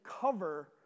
cover